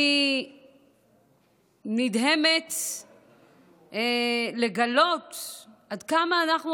אני נדהמת לגלות עד כמה אנחנו,